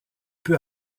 peu